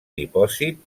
dipòsit